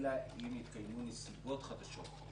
אלא אם יתקיימו נסיבות חדשות.